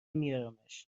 میارمش